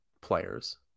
players